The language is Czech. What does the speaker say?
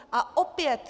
A opět!